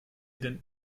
denn